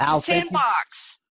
Sandbox